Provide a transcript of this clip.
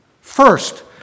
First